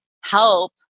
help